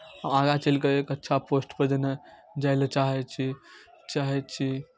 आओर आगाँ चलि कऽ एक अच्छा पोस्टपर जेनाइ जाय लेल चाहै छी चाहै छी